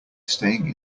staying